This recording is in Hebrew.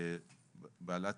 בעלת